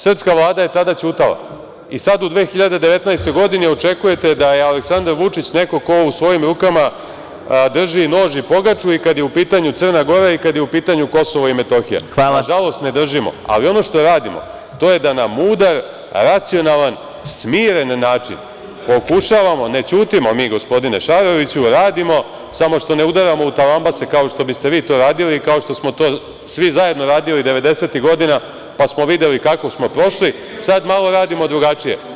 Srpska Vlada je tada ćutala i sad u 2019. godini očekujete da je Aleksandar Vučić neko ko u svojim rukama drži nož i pogaču i kad je u pitanju Crna Gora i kad je u pitanju Kosovo i Metohija. (Predsedavajući: Hvala.) Nažalost, ne držimo, ali ono što radimo to je da na mudar, racionalan, smiren način pokušavamo… (Nemanja Šarović: Ćutanjem.) Ne ćutimo mi, gospodine Šaroviću, radimo, samo što ne udaramo u talambase, kao što biste vi to radili, kao što smo to svi zajedno radili devedesetih godina, pa smo videli kako smo prošli, sad malo radimo drugačije.